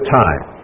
time